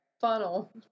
Funnel